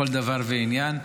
בכל דבר ועניין.